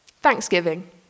Thanksgiving